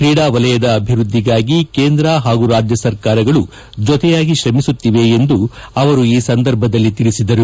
ಕ್ರೀಡಾ ವಲಯದ ಅಭಿವೃದ್ದಿಗಾಗಿ ಕೇಂದ್ರ ಹಾಗೂ ರಾಜ್ಯ ಸರ್ಕಾರಗಳು ಜತೆಯಾಗಿ ಶ್ರಮಿಸುತ್ತಿವೆ ಎಂದು ಅವರು ಈ ಸಂದರ್ಭದಲ್ಲಿ ತಿಳಿಸಿದರು